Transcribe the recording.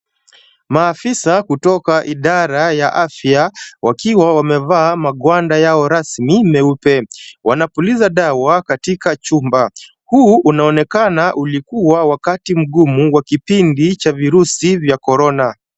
Maafisa kutoka idara ya afya wakiwa wamevaa magwanda yao rasmi meupe. Wanapuliza dawa katika chumba. Huu unaonekana ulikuwa wakati mgumu wa kipindi cha virusi vya corona .